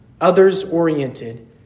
others-oriented